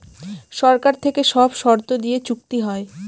সরকার থেকে সব শর্ত দিয়ে চুক্তি হয়